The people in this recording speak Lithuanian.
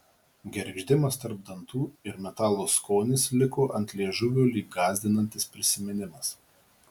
gergždimas tarp dantų ir metalo skonis liko ant liežuvio lyg gąsdinantis prisiminimas